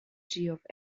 geoff